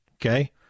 okay